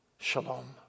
shalom